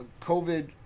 COVID